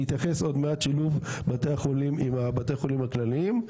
אני אתייחס עוד מעט לשילוב עם בתי החולים הכלליים.